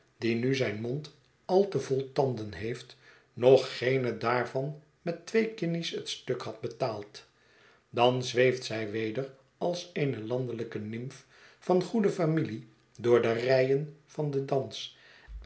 die nu zijn mond al te vol tanden heeft nog geene daarvan met twee guinjes het stuk had betaald dan zweeft zij weder als eene landelijke nimf van goede familie door de reien van den dans